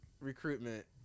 recruitment